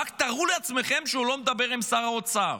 רק תארו לעצמכם שהוא לא מדבר עם שר האוצר.